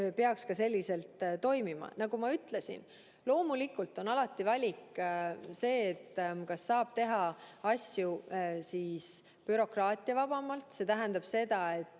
peaks ka selliselt toimima. Nagu ma ütlesin, loomulikult on alati valik, asju saab teha ka bürokraatiavabamalt. See tähendaks seda, et